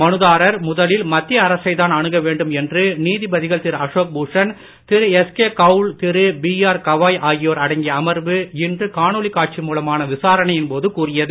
மனுதாரர் முதலில் மத்திய அரசைத்தான் அணுக வேண்டும் என்று நீதிபதிகள் திரு அசோக் பூஷண் திரு எஸ்கே கவுல் திரு பிஆர் கவாய் ஆகியோர் அடங்கிய அமர்வு இன்று காணொலி காட்சி மூலமான விசாரணையின் போது கூறியது